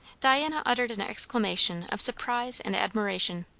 diana uttered an exclamation of surprise and admiration.